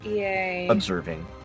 observing